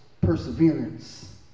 perseverance